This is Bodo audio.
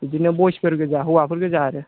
बिदिनो बइसफोर गोजा हौवाफोर गोजा आरो